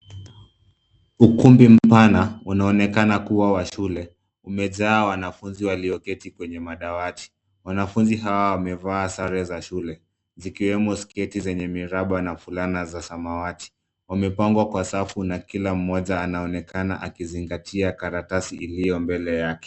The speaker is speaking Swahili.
Ukumbi mpana unaonekana kuwa wa shule. umejaa wanafunzi walioketi kwenye madawati wanafunzi hawa wamevaa sare za shule zikiwemo sketi zenye miraba na fulana za samawati .Wamepangwa kwa safu na kila mmoja anaonekana akizingatia karatasi iliyo mbele yake.